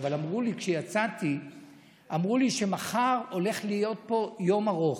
אבל כשיצאתי אמרו לי שמחר הולך להיות פה יום ארוך.